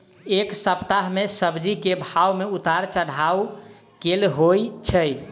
एक सप्ताह मे सब्जी केँ भाव मे उतार चढ़ाब केल होइ छै?